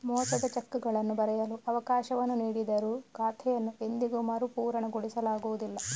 ಮೋಸದ ಚೆಕ್ಗಳನ್ನು ಬರೆಯಲು ಅವಕಾಶವನ್ನು ನೀಡಿದರೂ ಖಾತೆಯನ್ನು ಎಂದಿಗೂ ಮರುಪೂರಣಗೊಳಿಸಲಾಗುವುದಿಲ್ಲ